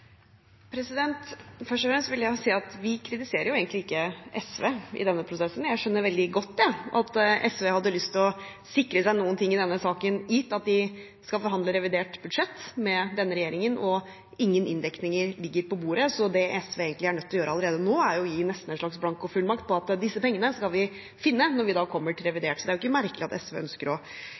Først og fremst vil jeg si at vi kritiserer egentlig ikke SV i denne prosessen. Jeg skjønner veldig godt at SV hadde lyst til å sikre seg noe i denne saken gitt at de skal forhandle revidert budsjett med denne regjeringen og ingen inndekninger ligger på bordet. Det SV egentlig er nødt til å gjøre allerede nå, er nesten å gi en slags blankofullmakt på at disse pengene skal vi finne når vi kommer til revidert. Så det er ikke merkelig at SV ønsker å